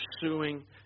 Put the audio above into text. pursuing